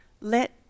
Let